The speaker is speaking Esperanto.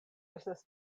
estas